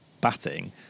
batting